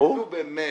נו באמת.